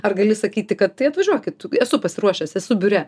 ar gali sakyti kad tai atvažiuokit esu pasiruošęs esu biure